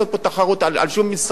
אבל לעמוד פה כעורך-דין